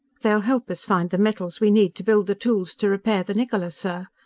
they'll help us find the metals we need to build the tools to repair the niccola, sir.